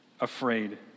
afraid